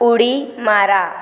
उडी मारा